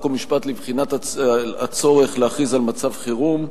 חוק ומשפט לבחינת הצורך להכריז על מצב חירום.